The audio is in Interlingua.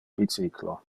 bicyclo